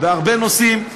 בהרבה נושאים,